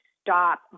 stop